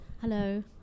Hello